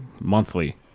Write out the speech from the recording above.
monthly